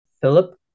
Philip